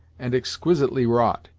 and exquisitely wrought.